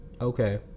Okay